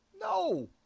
No